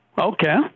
Okay